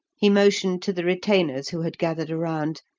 he motioned to the retainers who had gathered around,